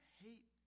hate